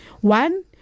One